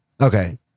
okay